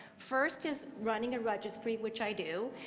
first is running a registry which i do.